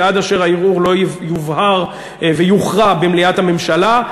ועד אשר הערעור לא יובהר ויוכרע במליאת הממשלה,